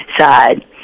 side